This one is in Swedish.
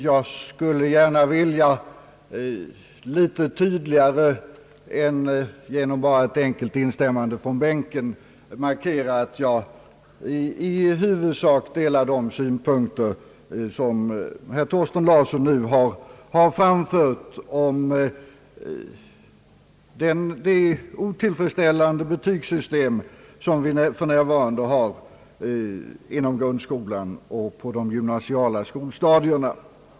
Jag skulle gärna litet tydligare än genom ett enkelt instämmande från bänken vilja markera, att jag i huvudsak delar de synpunkter som herr Thorsten Larsson nu har framfört om det otillfredsställande betygssystem vi för närvarande har inom grundskolan och de gymnasiala skolstadierna.